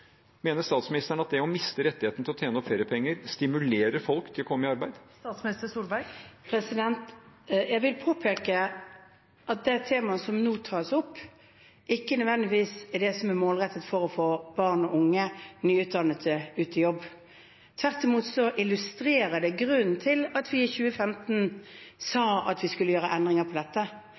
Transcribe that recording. Mener statsministeren at det å miste rettigheten til å tjene opp feriepenger stimulerer folk til å komme i arbeid? Jeg vil påpeke at det temaet som nå tas opp, ikke nødvendigvis er det som er målrettet for å få barn og unge og nyutdannede ut i jobb. Tvert imot illustrerer det grunnen til at vi i 2015 sa at vi skulle gjøre endringer på dette.